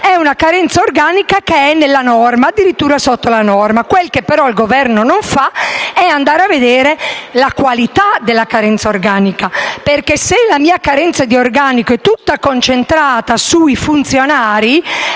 la carenza organica è nella norma, anzi addirittura sotto la norma. Quel che però il Governo non fa è andare a vedere la qualità della carenza organica. Se la carenza di organico è infatti tutta concentrata sui funzionari,